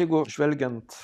jeigu žvelgiant